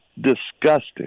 disgusting